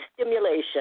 stimulation